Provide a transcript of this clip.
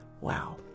Wow